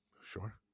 Sure